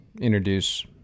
introduce